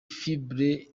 fibre